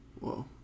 Whoa